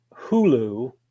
Hulu